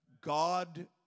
God